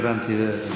לא הבנתי.